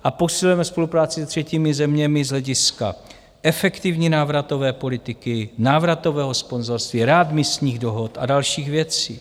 A posilujeme spolupráci se třetími zeměmi z hlediska efektivní návratové politiky, návratového sponzorství, readmisních dohod a dalších věcí.